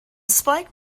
spike